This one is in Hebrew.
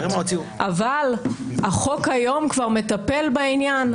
אבל החוק היום כבר מטפל בעניין?